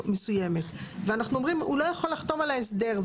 מסוימת ואנחנו אומרים שהוא לא יכול לחתום על ההסדר.